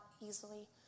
easily